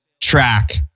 track